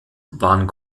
waren